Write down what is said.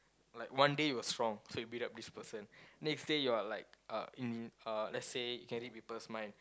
like one day it was from so you beat up this person next day you're like uh let's say can you read people's mind